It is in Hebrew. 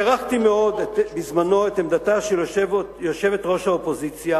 הערכתי מאוד בזמנו את עמדתה של יושבת-ראש האופוזיציה